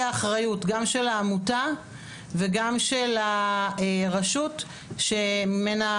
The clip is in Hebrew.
אחריות גם של העמותה וגם של הרשות שממנה